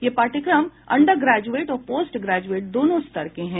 यह पाठ्यक्रम undergraduate और पोस्ट ग्रेजुएट दोनों स्तर के हैं